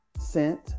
scent